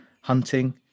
hunting